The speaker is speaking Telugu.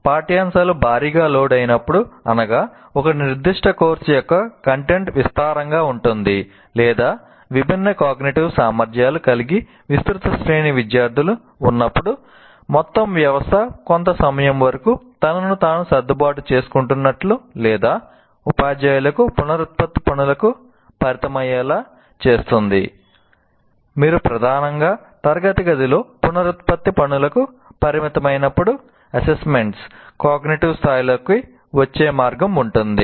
పాఠ్యాంశాలు భారీగా లోడ్ అయినప్పుడు అనగా ఒక నిర్దిష్ట కోర్సు యొక్క కంటెంట్ విస్తారంగా ఉంటుంది లేదా విభిన్న కాగ్నిటివ్ స్థాయిలలోకి వచ్చే మార్గం ఉంటుంది